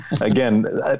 again